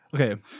Okay